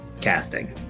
casting